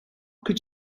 could